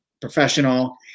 professional